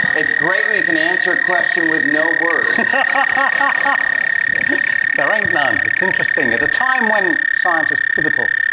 it's great when you can answer a question with no words. but there ain't none. it's interesting. at a time when science is pivotal,